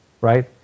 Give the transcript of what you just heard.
right